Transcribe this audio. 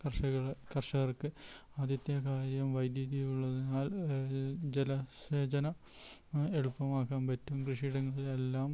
കർഷകർ കർഷകർക്ക് ആദ്യത്തെ കാര്യം വൈദ്യുതി ഉള്ളതിനാൽ ജലസേചനം എളുപ്പമാക്കാൻ പറ്റും കൃഷിയിടങ്ങളിലെല്ലാം